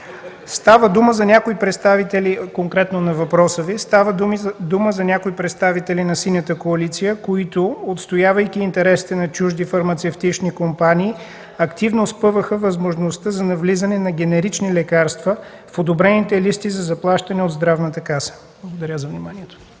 Става дума за някои представители на Синята коалиция, които, отстоявайки интересите на чужди фармацевтични компании, активно спъваха възможността за навлизане на генерични лекарства в одобрените листи за заплащане от Здравната каса. Благодаря за вниманието.